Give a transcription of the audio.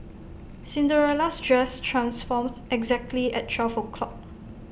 Cinderella's dress transformed exactly at twelve o'clock